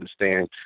understand